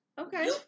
okay